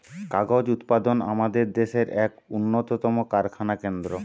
কাগজ উৎপাদন আমাদের দেশের এক উন্নতম কারখানা কেন্দ্র